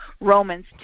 Romans